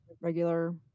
regular